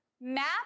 map